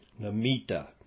Namita